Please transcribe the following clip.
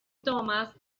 thomas